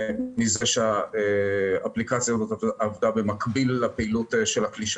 מזה שהאפליקציה הזאת עבדה במקביל לפעילות של הכלי של